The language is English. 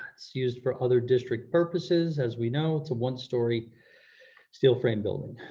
it's used for other district purposes. as we know, it's a one story steel frame building,